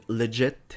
legit